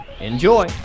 Enjoy